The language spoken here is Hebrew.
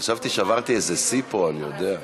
חשבתי ששברתי איזה שיא פה, אני יודע?